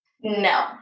No